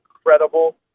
incredible